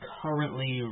currently